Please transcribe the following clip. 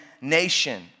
nation